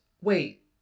Wait